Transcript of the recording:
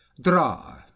draw